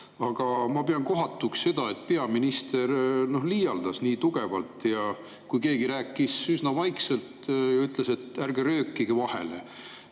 aga ma pean kohatuks seda, et peaminister liialdas tugevalt, kui keegi rääkis üsna vaikselt, ütles ta, et ärge röökige vahele.